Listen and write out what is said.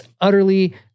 utterly